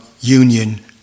union